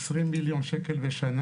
20 מיליון לשנה,